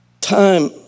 time